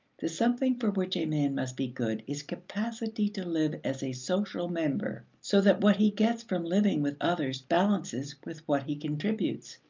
the something for which a man must be good is capacity to live as a social member so that what he gets from living with others balances with what he contributes.